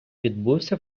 відбувся